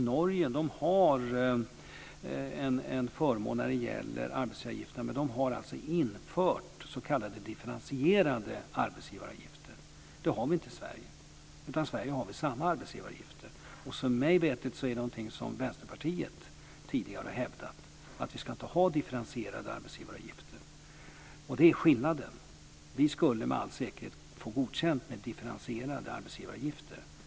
Norge har en förmån när det gäller arbetsgivaravgifterna, men de har alltså infört s.k. differentierade arbetsgivaravgifter. Det har vi inte i Sverige. I Sverige har vi samma arbetsgivaravgifter. Mig veterligen har Vänsterpartiet tidigare hävdat att vi inte ska ha differentierade arbetsgivaravgifter. Det är skillnaden. Vi skulle med all säkerhet få godkänt med differentierade arbetsgivaravgifter.